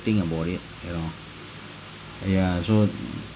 exciting about it you know ya so